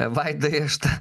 vaidai aš tą